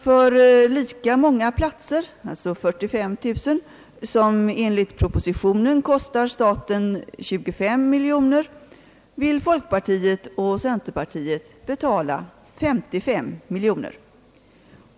För lika många platser — alltså 45 000 — som enligt propositionen kostar staten 25 miljoner kronor vill folkpartiet och centerpartiet betala 55 miljoner kronor.